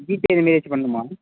GPay எதுலேயாச்சும் பண்ணனுமா